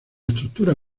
estructura